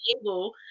able